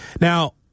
Now